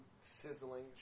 sizzling